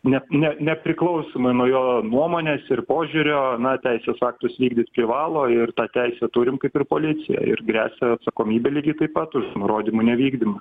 nep ne nepriklausomai nuo jo nuomonės ir požiūrio na teisės aktus vykdyt privalo ir tą teisę turim kaip ir policija ir gresia atsakomybė lygiai taip pat už nurodymų nevykdymą